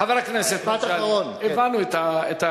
דמוקרטיה, חבר הכנסת, הבנו את ההערות.